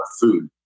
food